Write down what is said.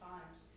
Times